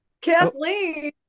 Kathleen